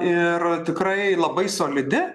ir tikrai labai solidi